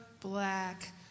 black